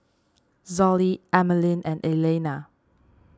Zollie Emmaline and Elaina